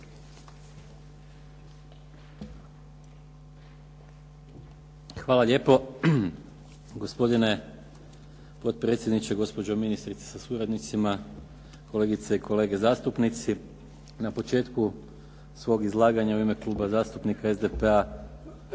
Hvala lijepo gospodine potpredsjedniče, gospođo ministrice sa suradnicima, kolegice i kolege zastupnici. Na početku svoga izlaganja u ime Kluba zastupnika SDP-a